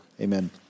Amen